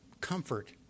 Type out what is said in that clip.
comfort